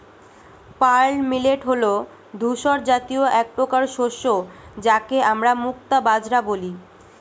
pearl millet হল ধূসর জাতীয় একপ্রকার শস্য যাকে আমরা মুক্তা বাজরা বলি